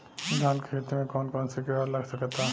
धान के खेती में कौन कौन से किड़ा लग सकता?